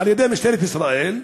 על-ידי משטרת ישראל,